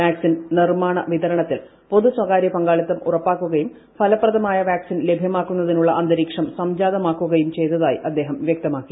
vaccine നിർമ്മാണ വിതരണത്തിൽ പൊതു സ്വകാരൃ പങ്കാളിത്തം ഉറപ്പാക്കുകയും ഫലപ്രദമായ വാക്സിൻ ലഭ്യമാക്കുന്നതിനുള്ള അന്തരീക്ഷം സംജാതമാക്കുകയും ചെയ്തതായി അദ്ദേഹം വൃക്തമാക്കി